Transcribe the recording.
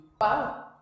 Wow